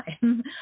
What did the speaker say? time